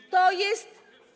To jest.